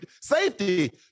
safety